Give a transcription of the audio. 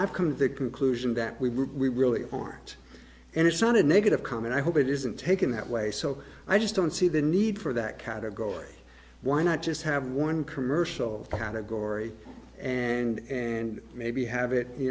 conveyed conclusion that we really aren't and it's not a negative comment i hope it isn't taken that way so i just don't see the need for that category why not just have one commercial category and and maybe have it you